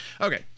Okay